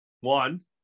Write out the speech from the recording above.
One